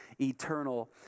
eternal